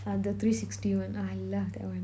ah the three sixty one ah I love that one